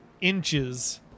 inches